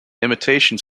imitation